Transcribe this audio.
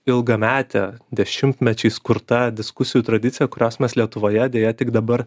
ilgametė dešimtmečiais kurta diskusijų tradicija kurios mes lietuvoje deja tik dabar